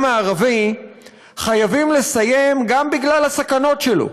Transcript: הערבי חייבים לסיים גם בגלל הסכנות שלו,